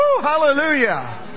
Hallelujah